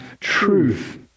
truth